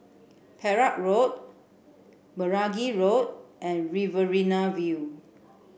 Perak Road Meragi Road and Riverina View